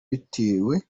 bitewe